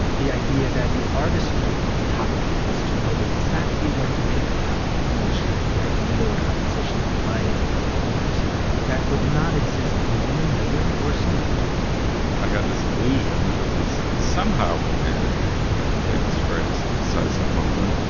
the idea that the artistry of photography was to know exactly when to treat the camera to achieve the ideal composition of life and other forms that would not exist a moment later or sooner ah had this illusion that it was somehow related to the famous phrase decisive moment